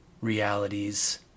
realities